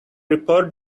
report